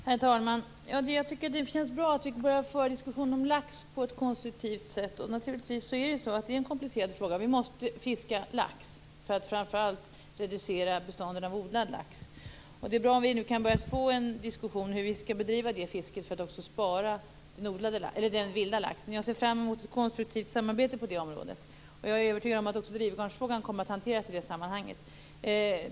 Herr talman! Det är bra att vi på ett konstruktivt sätt har börjat föra en diskussion om lax. Det är en komplicerad fråga. Vi måste fiska lax för att framför allt reducera bestånden av odlad lax. Det är bra om vi kan få en diskussion om hur det fisket skall bedrivas för att också spara den vilda laxen. Jag ser fram emot ett konstruktivt samarbete på det området. Jag är övertygad om att drivgarnsfrågan kommer att hanteras i det sammanhanget.